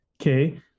okay